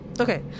Okay